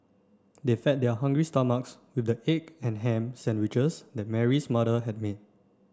they fed their hungry stomachs with the egg and ham sandwiches that Mary's mother had made